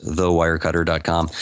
thewirecutter.com